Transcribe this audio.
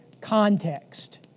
context